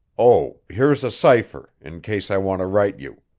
oh, here's a cipher, in case i want to write you.